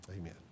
Amen